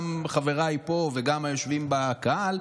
גם חבריי פה וגם היושבים בקהל,